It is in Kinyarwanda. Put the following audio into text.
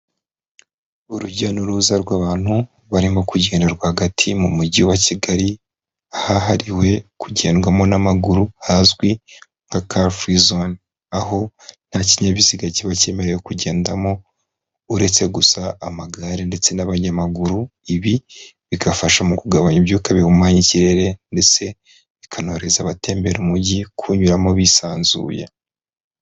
Urujya n'uruza rw'abantu barimo kugenda rwagati mu Mujyi wa Kigali, ahahariwe kugendwamo n'amaguru hazwi nka Kafuri Zone, aho nta kinyabiziga kiba cyemerewe kugendamo uretse gusa amagare ndetse n'abanyamaguru; ibi bigafasha mu kugabanya ibyuka bihumanya ikirere ndetse bikanorohereza abatembera umujyi kuwunyuramo bisanzuye.